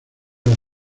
las